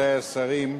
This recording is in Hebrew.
רבותי השרים,